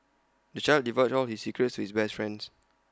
the child divulged all his secrets to his best friends